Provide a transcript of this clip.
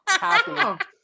happy